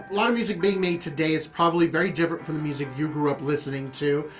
lot of music being made today is probably very different from the music you grew up listening to,